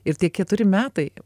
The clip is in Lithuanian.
ir tie keturi metai